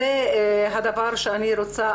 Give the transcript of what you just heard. זה הדבר שאני רוצה לדעת.